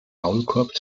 maulkorb